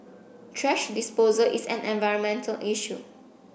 thrash disposal is an environmental issue